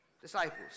disciples